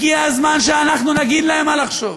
הגיע הזמן שאנחנו נגיד להם מה לחשוב,